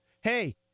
Hey